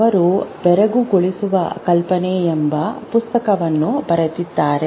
ಅವರು ಬೆರಗುಗೊಳಿಸುವ ಕಲ್ಪನೆ ಎಂಬ ಪುಸ್ತಕವನ್ನು ಬರೆದಿದ್ದಾರೆ